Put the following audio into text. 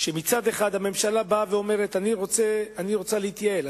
שמצד אחד הממשלה אומרת: אני רוצה להתייעל,